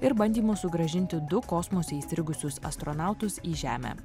ir bandymus sugrąžinti du kosmose įstrigusius astronautus į žemę